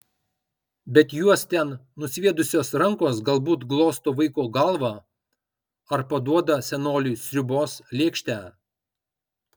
bet juos ten nusviedusios rankos galbūt glosto vaiko galvą ar paduoda senoliui sriubos lėkštę